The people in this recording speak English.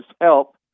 help